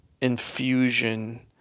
infusion